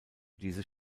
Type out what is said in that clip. dieses